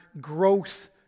growth